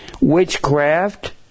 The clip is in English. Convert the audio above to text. witchcraft